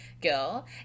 girl